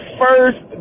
first